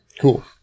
Cool